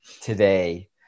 today